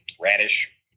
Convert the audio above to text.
Radish